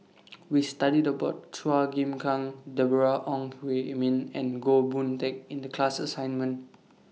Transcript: We studied about Chua Chim Kang Deborah Ong Hui Min and Goh Boon Teck in The class assignment